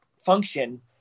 function